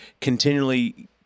continually